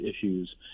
issues